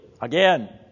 again